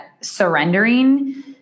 surrendering